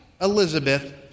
Elizabeth